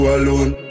alone